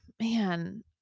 man